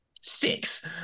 Six